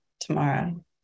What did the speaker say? tomorrow